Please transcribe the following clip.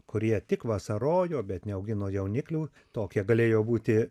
kurie tik vasarojo bet neaugino jauniklių tokie galėjo būti